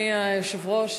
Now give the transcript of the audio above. אדוני היושב-ראש,